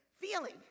feeling